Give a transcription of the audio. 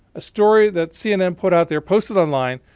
a story that cnn put out there, posted online,